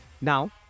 Now